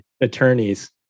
attorneys